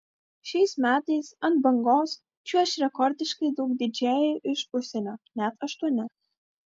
šiais metais ant bangos čiuoš rekordiškai daug didžėjų iš užsienio net aštuoni